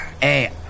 Hey